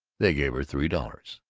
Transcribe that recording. they gave her three dollars.